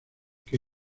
que